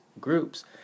groups